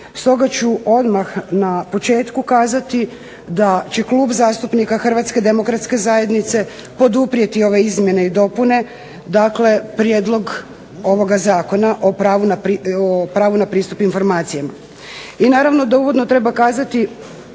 Stoga ću odmah na početku kazati da će Klub zastupnika Hrvatske demokratske zajednice poduprijeti ove izmjene i dopune, dakle prijedlog ovoga Zakona o pravu na pristup informacijama. I naravno da uvodno treba kazati